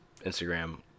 Instagram